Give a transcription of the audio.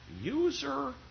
user